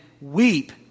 weep